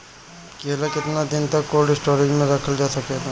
केला केतना दिन तक कोल्ड स्टोरेज में रखल जा सकेला?